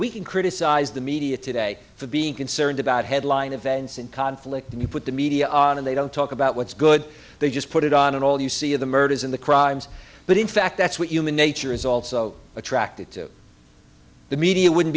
we can criticize the media today for being concerned about headline events and conflict and you put the media on and they don't talk about what's good they just put it on and all you see of the murders in the crimes but in fact that's what human nature is also attracted to the media wouldn't